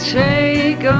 take